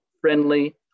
friendly